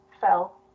fell